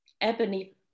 Ebony